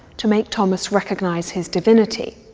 to make thomas recognise his divinity.